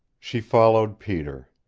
she followed peter.